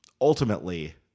ultimately